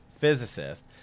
physicist